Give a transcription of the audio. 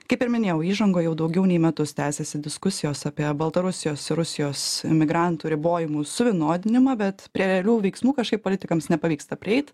kaip ir minėjau įžangoj jau daugiau nei metus tęsiasi diskusijos apie baltarusijos ir rusijos emigrantų ribojimų suvienodinimą bet prie realių veiksmų kažkaip politikams nepavyksta prieit